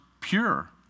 pure